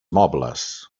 mobles